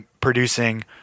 producing